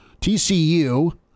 TCU